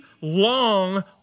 long